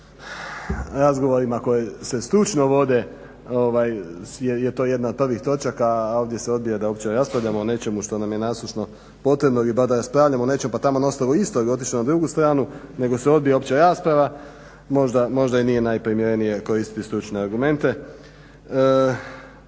razgovorima koji se stručno vode je to jedna od prvih točaka a ovdje se odbija da uopće raspravljamo o nečemu što nam je nasušno potrebno pa da raspravljamo o nečem pa taman ostalo isto i otići na drugu stranu, nego se odvija opća rasprava možda i nije najprimjerenije koristiti stručne argumente.